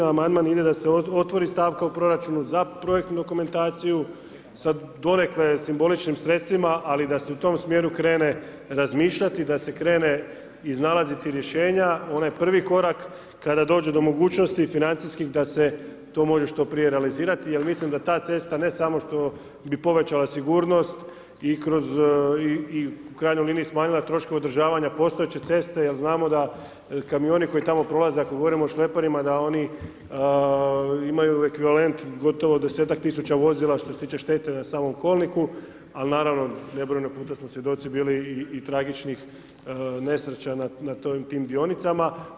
Amandman ide da se otvori stavka u proračunu, za projektnu dokumentaciju sa donekle simboličnim sredstvima, ali da se u tome smjeru krene razmišljati, da se krene iznalaziti rješenja, onaj prvi korak kada dođe do mogućnosti financijskih da se to može što prije realizirati jer mislim da ta cesta, ne samo što bi povećala sigurnost i u krajnjoj liniji smanjila troškove održavanja postojeće ceste jer znamo da kamioni koji tamo prolaze, ako govorimo o šleperima, da oni imaju ekvivalent gotovo 10-tak tisuća vozila, što se tiče štete na samom kolniku, al naravno, nebrojeno puta smo svjedoci bili i tragičnih nesreća na tim dionicama.